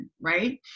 Right